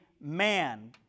man